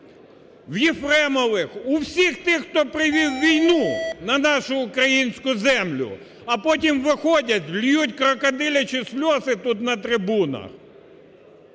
В Єфремових, у всіх тих, хто привів війну на нашу українську землю, а потім виходять, ллють "крокодилячі сльози" тут, на трибуні!